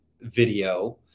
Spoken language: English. video